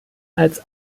als